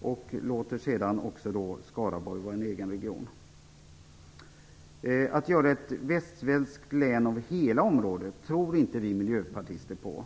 och låta Skaraborg vara en egen region. Att göra ett västsvenskt län av hela området tror inte vi miljöpartister på.